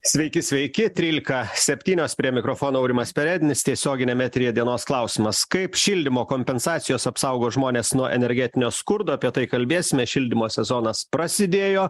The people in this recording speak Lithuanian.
sveiki sveiki trylika septynios prie mikrofono aurimas perednis tiesioginiame eteryje dienos klausimas kaip šildymo kompensacijos apsaugo žmones nuo energetinio skurdo apie tai kalbėsimės šildymo sezonas prasidėjo